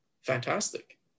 fantastic